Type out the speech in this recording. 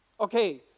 Okay